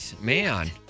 Man